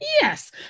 Yes